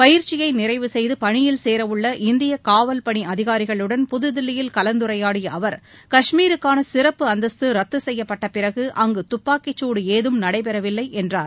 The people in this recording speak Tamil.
பயிற்சியை நிறைவு செய்து பணியில் சேரவுள்ள இந்திய காவல் பணி அதிகாரிகளுடன் புதுதில்லியில் கலந்துரையாடிய அவர் காஷ்மீருக்கான சிறப்பு அந்தஸ்து ரத்து செய்யப்பட்டபிறகு அங்கு துப்பாக்கிச் சூடு ஏதும் நடைபெறவில்லை என்றார்